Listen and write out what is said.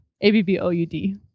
a-b-b-o-u-d